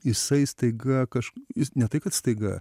jisai staiga kažk ne tai kad staiga